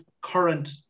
current